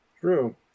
True